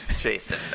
jason